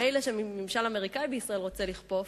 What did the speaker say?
מילא שממשל אמריקני רוצה לכפוף,